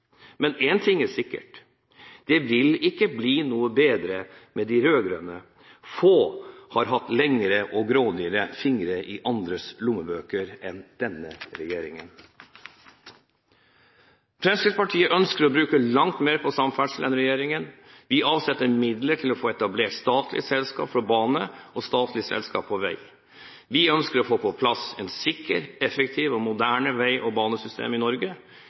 Men én ting er sikker: Det vil ikke bli noe bedre med de rød-grønne. Få har hatt lengre og grådigere fingre i andres lommebøker enn denne regjeringen. Fremskrittspartiet ønsker å bruke langt mer på samferdsel enn regjeringen. Vi avsetter midler til å få etablert et statlig selskap for bane og et statlig selskap for vei. Vi ønsker å få på plass et sikkert, effektivt og moderne vei- og banesystem i Norge.